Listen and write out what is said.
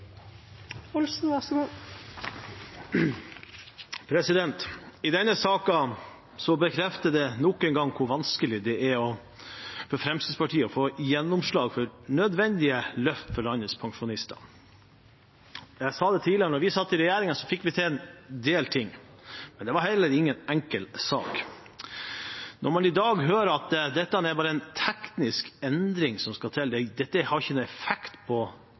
for Fremskrittspartiet å få gjennomslag for nødvendige løft for landets pensjonister. Jeg sa tidligere at da vi satt i regjering, fikk vi til en del ting, men det var heller ingen enkel sak. Når man i dag hører at dette bare er en teknisk endring som skal til, at dette ikke har noen effekt på